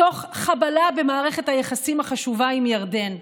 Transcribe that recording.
תוך חבלה במערכת היחסים החשובה עם ירדן,